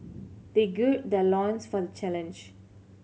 they gird their loins for the challenge